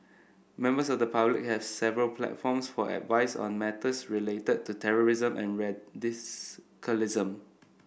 members of the public have several platforms for advice on matters related to terrorism and radicalism